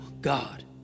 God